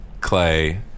Clay